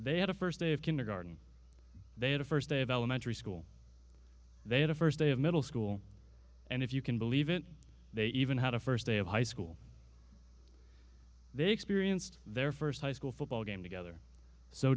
they had a first day of kindergarten they had a first day of elementary school they had a first day of middle school and if you can believe it they even had a first day of high school they experienced their first high school football game together so